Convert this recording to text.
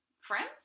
friends